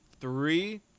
three